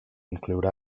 include